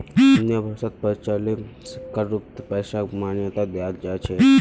दुनिया भरोत प्रचलित सिक्कर रूपत पैसाक मान्यता दयाल जा छेक